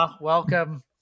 welcome